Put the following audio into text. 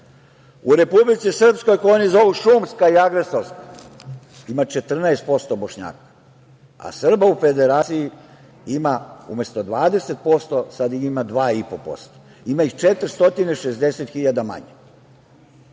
Republici Srpskoj, kako je oni zovu šumska ili agresorska, ima 14% Bošnjaka, a Srba u Federaciji ima umesto 20% sad ih ima 2,5%. Ima ih 460.000 manje,